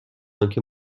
آنکه